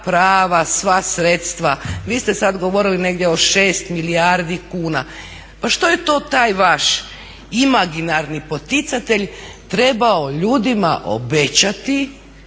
sva prava, sva sredstva, vi ste sad govorili negdje o 6 milijardi kuna. Pa što je to taj vaš imaginarni poticatelj trebao ljudima obećati